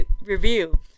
review